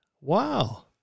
Wow